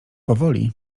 powoli